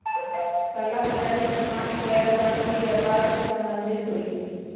कला बजारि सामान्य गैरकानूनी व्यापर से सम्बंधित होइ छइ